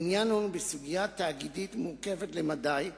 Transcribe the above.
עניין לנו בסוגיה תאגידית מורכבת למדי,